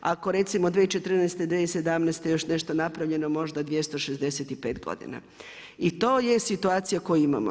ako recimo 2014., 2017. još nešto napravljeno možda 265 godina i to je situacija koju imamo.